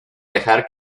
dejar